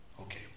Okay